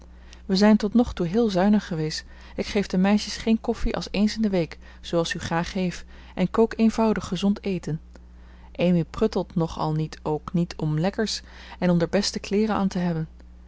we zijn tot noch toe heel zuinig gewees ik geef de meisjes geen koffie als eens in de week zooals u graag heef en kook eenvoudig gezond eeten amy pruttelt noch al niet ook niet om lekkers en om der beste kleeren an te hebbe